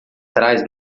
trás